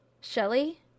Shelly